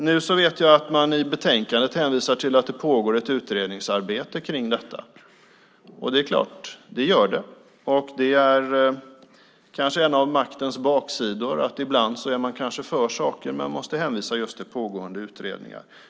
Nu vet jag att man i betänkandet hänvisar till att det pågår ett utredningsarbete om detta. Det gör det, och det är kanske en av maktens baksidor att man ibland är för saker men måste hänvisa till pågående utredningar.